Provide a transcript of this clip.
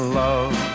love